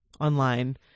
online